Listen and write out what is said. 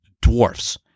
dwarfs